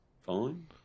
Fine